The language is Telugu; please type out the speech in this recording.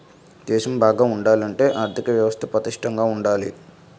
దేశం బాగా ఉండాలంటే ఆర్దిక వ్యవస్థ పటిష్టంగా ఉండాల